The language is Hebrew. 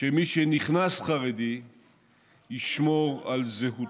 שמי שנכנס חרדי ישמור על זהותו.